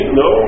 no